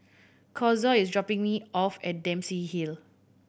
Kazuo is dropping me off at Dempsey Hill